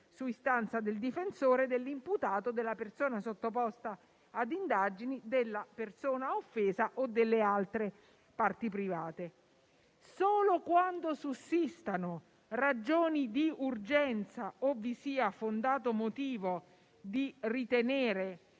su istanza del difensore dell'imputato, della persona sottoposta ad indagini, della persona offesa o delle altre parti private. Solo quando sussistano ragioni di urgenza o vi sia fondato motivo di ritenere